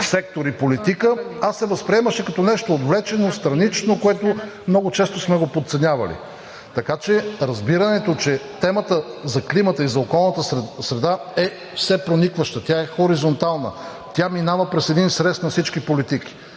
сектори политика, а се възприемаше като нещо отвлечено, странично, което много често сме го подценявали. Така че разбирането, че темата за климата и за околната среда е всепроникваща, тя е хоризонтална, тя минава през един срез на всички политики.